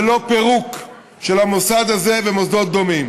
ולא פירוק של המוסד הזה ומוסדות דומים.